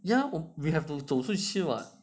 yeah we have to 走去吃 [what]